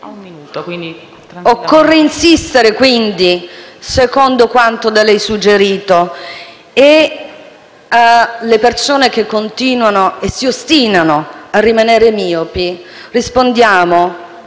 Occorre insistere, quindi, secondo quanto da lei suggerito. Alle persone che continuano e si ostinano a rimanere miopi rispondiamo